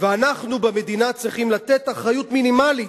ואנחנו במדינה צריכים לתת אחריות מינימלית,